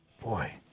Boy